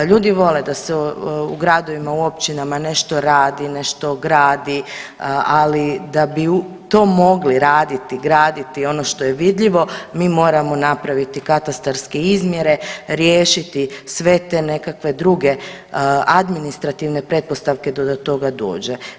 Ljudi vole da se u gradovima i u općinama nešto radi, nešto gradi, ali da bi to mogli raditi i graditi ono što je vidljivo mi moramo napraviti katastarske izmjere, riješiti sve te nekakve druge administrativne pretpostavke da do toga dođe.